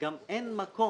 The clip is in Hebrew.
גם אין מקום.